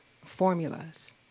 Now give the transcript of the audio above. formulas